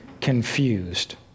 confused